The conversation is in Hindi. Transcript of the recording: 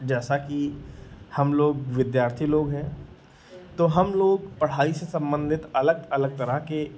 जैसा कि हमलोग विद्यार्थी लोग हैं तो हमलोग पढ़ाई से सम्बन्धित अलग अलग तरह के